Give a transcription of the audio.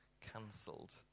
cancelled